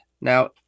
Now